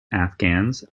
afghans